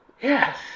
Yes